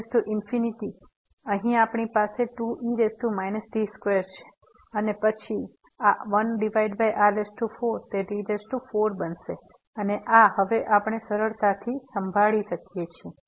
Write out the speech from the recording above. તેથી અહીં આપણી પાસે 2e t2 છે અને પછી આ 1r4 તે t4 બનશે અને આ હવે આપણે સરળતાથી સંભાળી શકીએ છીએ